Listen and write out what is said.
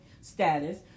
status